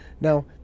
Now